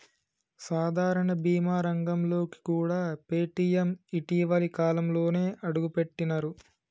సాధారణ బీమా రంగంలోకి కూడా పేటీఎం ఇటీవలి కాలంలోనే అడుగుపెట్టినరు